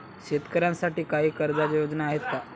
शेतकऱ्यांसाठी काही कर्जाच्या योजना आहेत का?